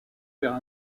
vers